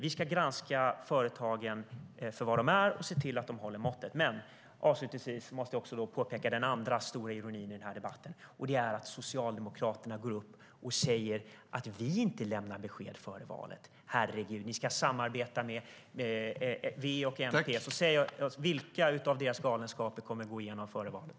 Vi ska granska företagen för vad de är och se till att de håller måttet. Avslutningsvis ska jag påpeka den andra stora ironin i debatten. Det är när Socialdemokraterna går upp och säger att vi inte lämnar besked före valet. Herregud - ni ska samarbeta med V och MP, så säg oss vilka av deras galenskaper som kommer att gå igenom före valet!